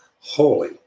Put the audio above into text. holy